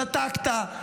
שתקת.